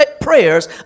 prayers